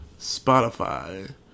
Spotify